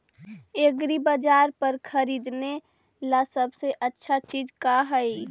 एग्रीबाजार पर खरीदने ला सबसे अच्छा चीज का हई?